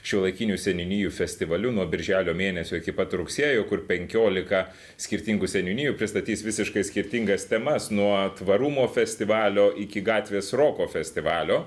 šiuolaikinių seniūnijų festivaliu nuo birželio mėnesio iki pat rugsėjo kur penkiolika skirtingų seniūnijų pristatys visiškai skirtingas temas nuo tvarumo festivalio iki gatvės roko festivalio